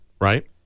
right